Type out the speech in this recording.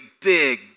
big